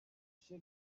che